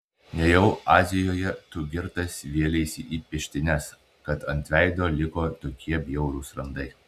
nejau azijoje tu girtas vėleisi į peštynes kad ant veido liko tokie bjaurūs randai